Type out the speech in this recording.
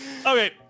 Okay